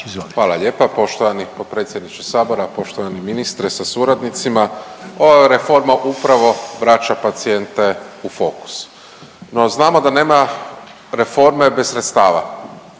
Hvala lijepa. Poštovani predsjedniče sabora, poštovani ministre sa suradnicima, ova reforma upravo vraća pacijente u fokus. No, znamo da nema reforme bez sredstava.